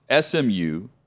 SMU